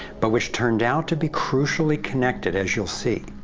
but which turned out to be crucially connected, as you'll see.